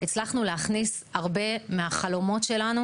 הצלחנו להכניס הרבה מהחלומות שלנו,